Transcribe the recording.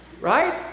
Right